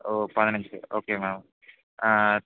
ஓ பதினஞ்சு okay ma'am